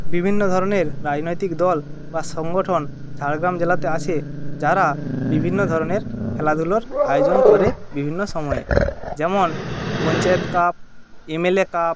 বিভিন্ন ধরণের রাজনৈতিক দল বা সংগঠন ঝাড়গ্রাম জেলাতে আছে যারা বিভিন্ন ধরণের খেলাধুলোর আয়োজন করে বিভিন্ন সময়ে যেমন panchayat cup M L A cup